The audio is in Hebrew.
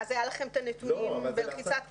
ואז היו לכם את הנתונים בלחיצת כפתור.